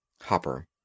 Hopper